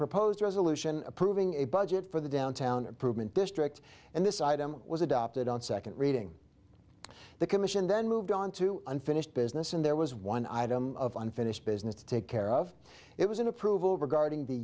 resolution approving a budget for the downtown improvement district and this item was adopted on second reading the commission then moved on to unfinished business and there was one item of unfinished business to take care of it was an approval regarding the